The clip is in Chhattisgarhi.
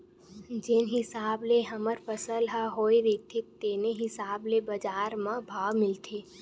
जेन हिसाब ले हमर फसल ह होए रहिथे तेने हिसाब ले बजार म भाव मिलथे